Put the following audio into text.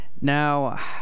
Now